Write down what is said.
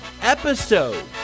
episode